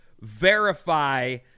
verify